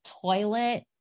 toilet